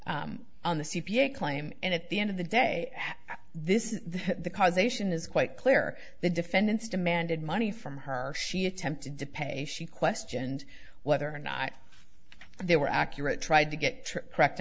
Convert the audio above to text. on the c p a claim and at the end of the day this is the causation is quite clear the defendants demanded money from her she attempted to pay she questioned whether or not they were accurate tried to get correct